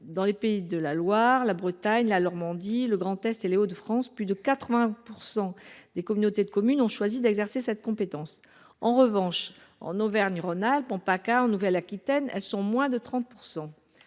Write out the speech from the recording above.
dans les Pays de la Loire, la Bretagne, la Normandie, le Grand Est et les Hauts de France, plus de 80 % des communautés de communes ont choisi d’exercer cette compétence. En revanche, en Auvergne Rhône Alpes, en Provence Alpes Côte d’Azur et en Nouvelle Aquitaine, elles sont moins de 30 %.